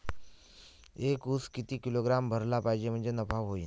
एक उस किती किलोग्रॅम भरला पाहिजे म्हणजे नफा होईन?